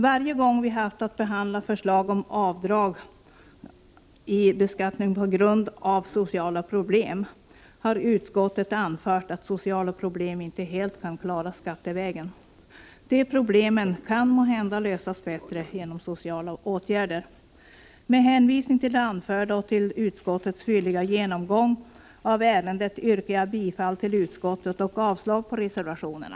Varje gång vi haft att behandla förslag om avdrag i beskattningen på grund av sociala problem har utskottet anfört att sociala problem inte helt kan klaras skattevägen. De problemen kan måhända lösas bättre genom sociala åtgärder. Med hänvisning till det anförda och till utskottets tydliga genomgång av ärendet yrkar jag bifall till utskottets hemställan och avslag på reservationerna.